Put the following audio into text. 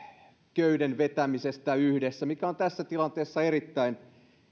köyden vetämisestä yhdessä mikä on tässä tilanteessa erittäin